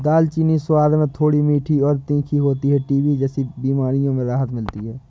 दालचीनी स्वाद में थोड़ी मीठी और तीखी होती है टीबी जैसी बीमारियों में राहत मिलती है